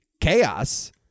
chaos